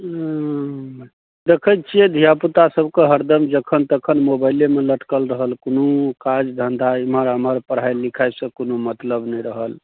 देखैत छियै धिआपुता सबके हरदम जखन तखन मोबाइलेमे लटकल रहल कोनो काज धन्धा इमहर आमहर पढ़ाइ लिखाइसँ कोनो मतलब नहि रहल